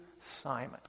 Simon